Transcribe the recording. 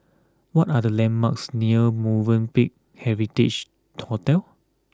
what are the landmarks near Movenpick Heritage Hotel